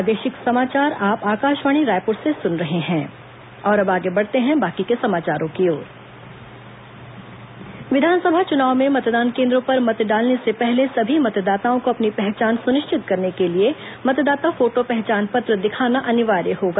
मतदाता पहचान पत्र विधानसभा चुनाव में मतदान केन्द्रों पर मत डालने से पहले सभी मतदाताओं को अपनी पहचान सुनिश्चित करने के लिए मतदाता फोटो पहचान पत्र दिखाना अनिवार्य होगा